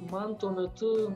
man tuo metu